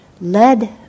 led